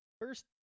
first